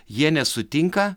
jie nesutinka